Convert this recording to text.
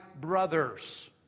brothers